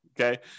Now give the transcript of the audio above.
okay